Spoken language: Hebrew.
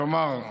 כלומר,